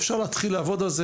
אפשר להתחיל לעבוד על זה.